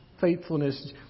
faithfulness